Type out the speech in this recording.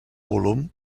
volum